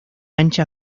ancha